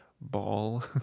ball